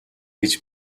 гэж